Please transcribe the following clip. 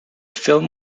film